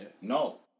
no